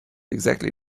exactly